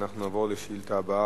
אנחנו נעבור לשאילתא הבאה,